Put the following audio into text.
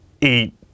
eat